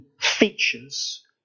features